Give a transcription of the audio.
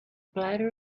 bladder